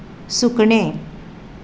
सुकणें